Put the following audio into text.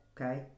okay